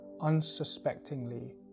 unsuspectingly